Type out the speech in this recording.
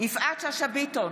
יפעת שאשא ביטון,